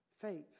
faith